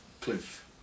cliff